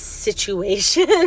situation